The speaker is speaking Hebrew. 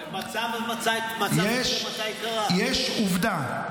--- יש עובדה.